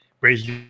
raise